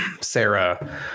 sarah